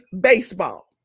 baseball